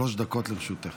שלוש דקות לרשותך.